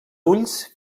ulls